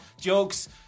jokes